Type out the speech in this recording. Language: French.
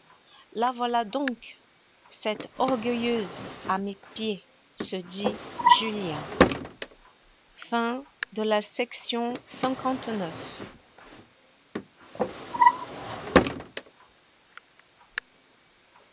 la voilà donc cette orgueilleuse à mes pieds se dit julien chapitre xxx